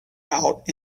out